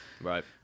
Right